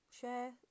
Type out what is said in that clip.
share